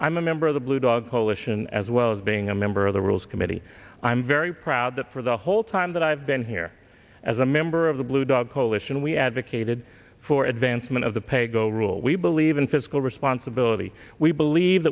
i'm a member of the blue dog coalition as well as being a member of the rules committee i'm very proud that for the whole time that i've been here as a member of the blue dog coalition we advocated for advancement of the pay go rule we believe in fiscal responsibility we believe